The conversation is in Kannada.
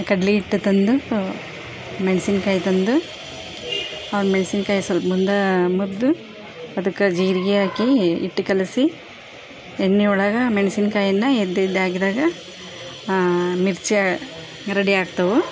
ಕಡಲೆ ಹಿಟ್ಟು ತಂದು ಮೆಣ್ಸಿನ್ಕಾಯಿ ತಂದು ಆ ಮೆಣ್ಶಿನ್ಕಾಯಿ ಸ್ವಲ್ಪ ಮುಂದೆ ಮುರಿದು ಅದಕ್ಕೆ ಜೀರಿಗೆ ಹಾಕಿ ಹಿಟ್ಟು ಕಲಸಿ ಎಣ್ಣೆ ಒಳಗೆ ಮೆಣಸಿನ್ಕಾಯಿನ ಎದ್ದೆದ್ದು ಹಾಕ್ದಾಗ ಮಿರ್ಚಿ ರೆಡಿ ಆಗ್ತವೆ